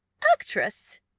actress!